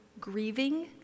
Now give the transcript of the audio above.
grieving